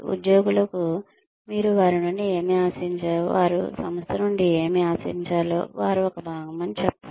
ఉద్యోగులకు మీరు వారి నుండి ఏమి ఆశించారో వారు సంస్థ నుండి ఏమి ఆశించాలో వారు ఒక భాగమని చెప్పండి